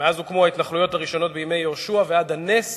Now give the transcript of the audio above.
מאז הוקמו ההתנחלויות הראשונות בימי יהושע ועד הנס